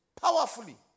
powerfully